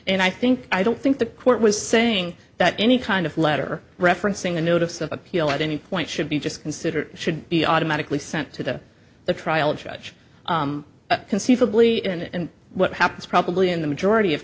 and i think i don't think the court was saying that any kind of letter referencing the notice of appeal at any point should be just considered should be automatically sent to the trial judge conceivably and what happens probably in the majority of